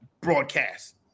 broadcast